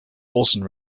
olsen